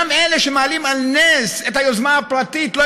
גם אלה שמעלים על נס את היוזמה הפרטית לא